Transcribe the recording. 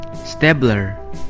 Stabler